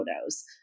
photos